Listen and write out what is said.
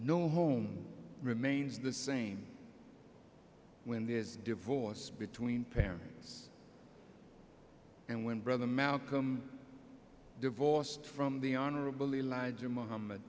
no home remains the same when there's divorce between parents and when brother malcolm divorced from the honorable elijah muhamm